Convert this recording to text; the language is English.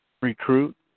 recruit